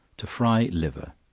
to fry liver.